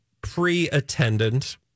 Pre-Attendant